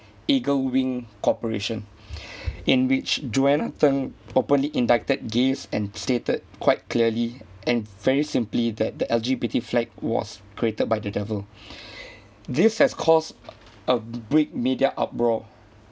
eagle wing cooperation in which joanna theng openly indicted gays and stated quite clearly and very simply that the LGBT flag was created by the devil this has caused a big media uproar